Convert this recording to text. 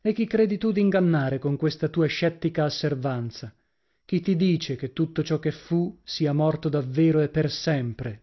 e chi credi tu d'ingannare con questa tua scettica asseveranza chi ti dice che tutto ciò che fu sia morto davvero e per sempre